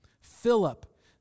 Philip